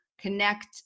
connect